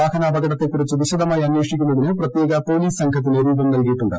വാഹനാപകടത്തെക്കുറിച്ച് വിശദമായി അന്വേഷിക്കുന്നതിന് പ്രത്യേക പോലീസ് സംഘത്തിന് രൂപം നൽക്ടിയിട്ടുണ്ട്